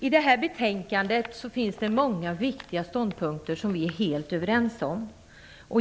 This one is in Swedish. I det här betänkandet finns det många viktiga ståndpunkter som vi är helt överens om.